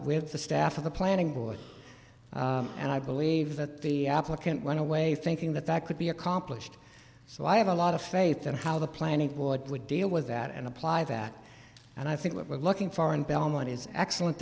with the staff of the planning board and i believe that the applicant went away thinking that that could be accomplished so i have a lot of faith that how the planning board would deal with that and apply that and i think what we're looking for in belmont is excellent